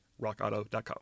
rockauto.com